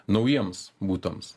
naujiems butams